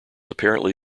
apparently